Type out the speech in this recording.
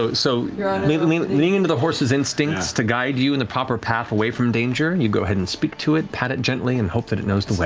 so so i mean leaning into the horse's instincts to guide you in the proper path away from danger, and you go ahead and speak to it, pat it gently and hope that it knows the way.